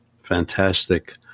fantastic